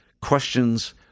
questions